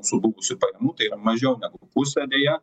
sulūkusių pajamų tai yra mažiau negu pusė deja